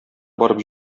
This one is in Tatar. барып